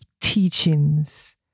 teachings